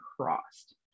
crossed